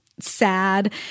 sad